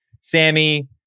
Sammy